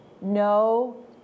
no